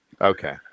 Okay